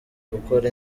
gukora